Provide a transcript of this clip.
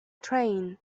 train